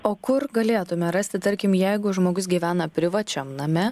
o kur galėtume rasti tarkim jeigu žmogus gyvena privačiam name